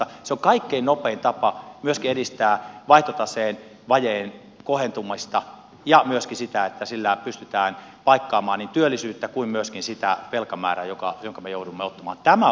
se on kaikkein nopein tapa myöskin edistää vaihtotaseen vajeen kohentumista ja myöskin sitä että sillä pystytään paikkaamaan niin työllisyyttä kuin myöskin sitä velkamäärää jonka me joudumme ottamaan